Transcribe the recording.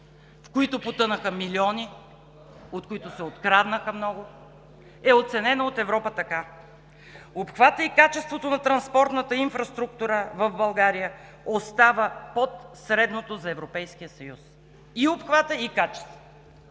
в които потънаха милиони, от които се откраднаха много, е оценена от Европа така: обхватът и качеството на транспортната инфраструктура в България остава под средното за Европейския съюз – и обхватът и качеството.